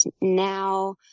now